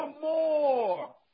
more